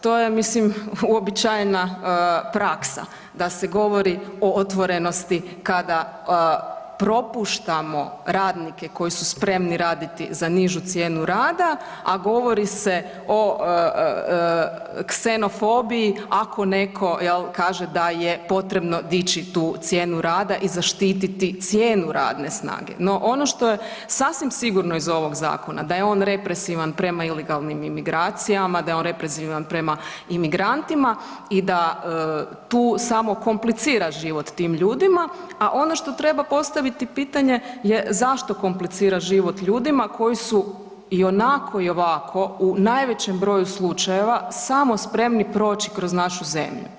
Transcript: To je, ja mislim uobičajena praksa da se govori o otvorenosti kada propuštamo radnike koji su spremni raditi za nižu cijenu rada, a govori se o ksenofobiji, ako netko kaže da je potrebno dići tu cijenu rada i zaštititi cijenu radne snage, no ono što je sasvim sigurno iz ovog zakona, da je on represivan prema ilegalnim imigracijama, da je on represivan prema imigrantima i da tu samo komplicira život tim ljudima, a ono što treba postaviti pitanje je zašto komplicira život ljudima koji su ionako i ovako u najvećem broju slučajeva samo spremni proći kroz našu zemlju.